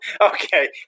Okay